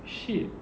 shit